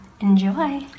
Enjoy